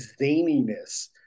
zaniness